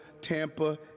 Tampa